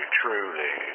truly